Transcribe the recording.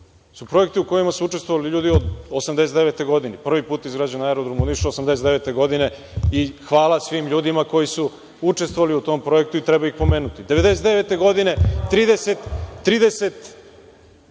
su projekti u kojima su učestvovali ljudi 1989. godine. Prvi put je izgrađen aerodrom u Nišu 1989. godine i hvala svim ljudima koji su učestvovali u tom projektu i treba ih pomenuti. Godine